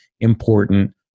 important